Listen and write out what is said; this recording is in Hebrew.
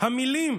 המילים